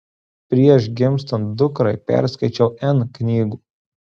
prieš gimstant dukrai perskaičiau n knygų